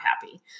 happy